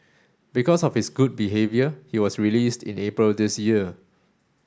because of his good behaviour he was released in April this year